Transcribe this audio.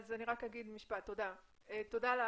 תודה לך.